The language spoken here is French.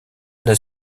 l’a